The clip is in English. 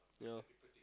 yeah